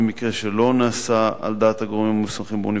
במקרה שלא נעשה על דעת הגורמים המוסמכים באוניברסיטה,